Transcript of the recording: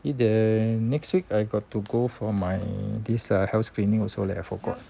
eh the next week I got to go for my this err health screening also leh I forgot